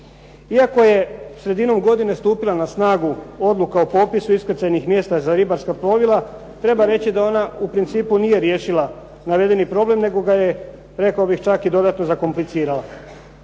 Iako je sredinom godine stupila na snagu Odluka o popisu iskrcajnih mjesta za ribarska plovila, treba reći da ona u principu nije riješila navedeni problem nego ga je, rekao bih, čak i dodatno zakomplicirala.